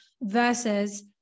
versus